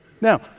Now